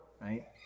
right